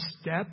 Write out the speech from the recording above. step